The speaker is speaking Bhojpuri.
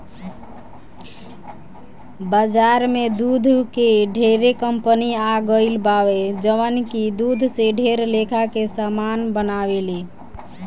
बाजार में दूध के ढेरे कंपनी आ गईल बावे जवन की दूध से ढेर लेखा के सामान बनावेले